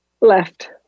left